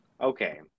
Okay